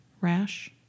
rash